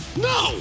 no